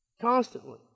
constantly